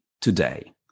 today